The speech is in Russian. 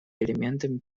элементами